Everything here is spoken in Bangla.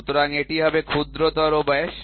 সুতরাং এটি হবে ক্ষুদ্রতর ব্যাস